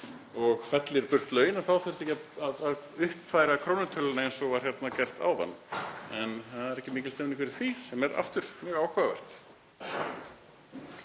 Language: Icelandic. og fellir burt laun þá þarf ekki að uppfæra krónutöluna eins og var gert áðan. En það er ekki mikil stemning fyrir því sem er aftur mjög áhugavert.